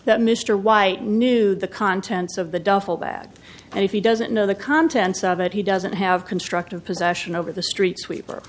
that mr white knew the contents of the duffel bag and if he doesn't know the contents of it he doesn't have constructive possession over the street sweeper